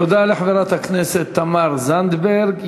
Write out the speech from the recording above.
תודה לחברת הכנסת תמר זנדברג.